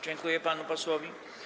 Dziękuję panu posłowi.